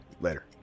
Later